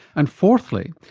and fourthly,